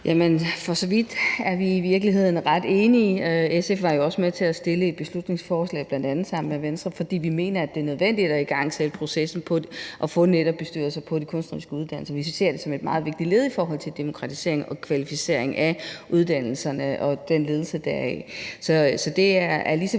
Vi er for så vidt i virkeligheden ret enige. SF var jo også med til at fremsætte et beslutningsforslag, bl.a. sammen med Venstre, fordi vi mener, at det er nødvendigt at igangsætte processen og netop få bestyrelser på de kunstneriske uddannelser. Vi ser det som et meget vigtigt led i forhold til demokratisering og kvalificering af uddannelserne og ledelsen deraf.